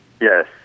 Yes